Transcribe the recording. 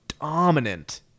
dominant